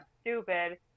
Stupid